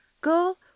Girl